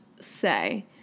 say